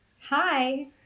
Hi